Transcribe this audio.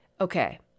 Okay